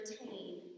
retain